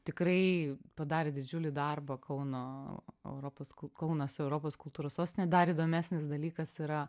tikrai padarė didžiulį darbą kauno europos kul kaunas europos kultūros sostinė dar įdomesnis dalykas yra